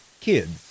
kids